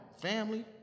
Family